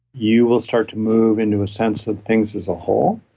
you will start to move into a sense of things as a whole.